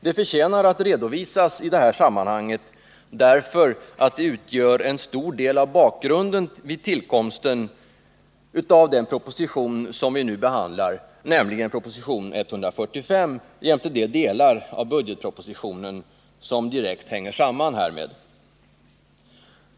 De förtjänar att redovisas i det här sammanhanget därför att de utgör en stor del av bakgrunden till tillkomsten av den proposition vi nu behandlar, nämligen proposition 145 jämte de delar av budgetpropositionen som direkt hänger samman därmed.